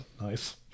nice